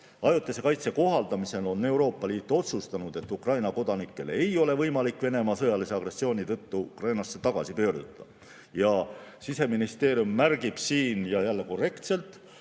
Ajutise kaitse kohaldamisel on Euroopa Liit otsustanud, et Ukraina kodanikel ei ole võimalik Venemaa sõjalise agressiooni tõttu Ukrainasse tagasi pöörduda. Ja Siseministeerium märgib siin, jälle korrektselt,